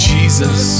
Jesus